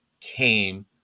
came